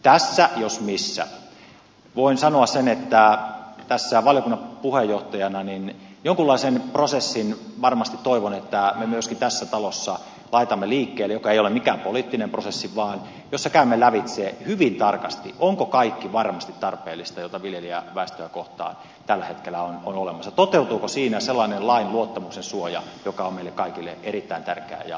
tässä jos missä voin sanoa sen että valiokunnan puheenjohtajana varmasti toivon että me myöskin tässä talossa laitamme liikkeelle jonkunlaisen prosessin joka ei ole mikään poliittinen prosessi vaan jossa käymme lävitse hyvin tarkasti onko kaikki varmasti tarpeellista mitä viljelijäväestöä kohtaan tällä hetkellä on olemassa toteutuuko siinä sellainen lain luottamuksen suoja joka on meille kaikille erittäin tärkeä ja pyhä asia